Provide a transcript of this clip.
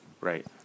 Right